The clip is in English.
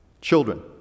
Children